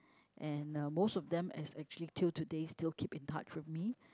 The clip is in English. and uh most of them has actually till today still keep in touch with me